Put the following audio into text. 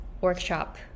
workshop